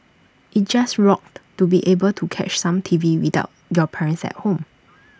IT just rocked to be able to catch some T V without your parents at home